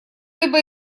либо